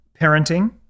parenting